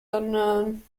unknown